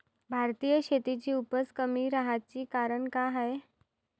भारतीय शेतीची उपज कमी राहाची कारन का हाय?